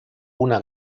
una